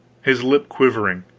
his lip quivering,